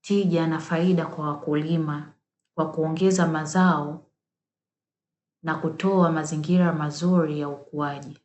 tija na faida kwa wakulima kwa kuongeza mazao na kutoa mazingira mazuri ya ukuaji.